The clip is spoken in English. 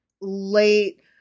late